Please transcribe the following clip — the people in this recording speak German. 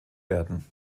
werden